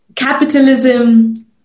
capitalism